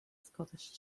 scottish